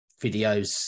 videos